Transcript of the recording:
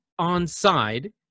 onside